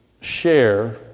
share